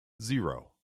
zero